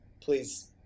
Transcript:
Please